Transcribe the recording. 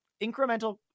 incremental